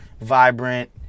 vibrant